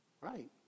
Right